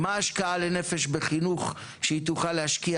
מהי ההשקעה לנפש בחינוך שהיא תוכל להשקיע